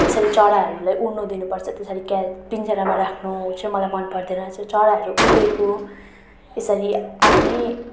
त्यसरी चराहरूलाई उड्नु दिनुपर्छ त्यसरी कैद पिन्जरामा राख्नु चाहिँ मलाई मनपर्दैन चराहरू उडेको यसरी आफ्नै